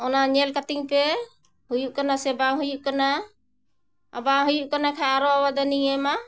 ᱚᱱᱟ ᱧᱮᱞ ᱠᱟᱛᱤᱧ ᱯᱮ ᱦᱩᱭᱩᱜ ᱠᱟᱱᱟ ᱥᱮ ᱵᱟᱝ ᱦᱩᱭᱩᱜ ᱠᱟᱱᱟ ᱵᱟᱝ ᱦᱩᱭᱩᱜ ᱠᱟᱱᱟ ᱠᱷᱟᱡ ᱟᱨᱚ ᱟᱵᱮᱫᱚᱱᱤᱧ ᱮᱢᱟ